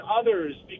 others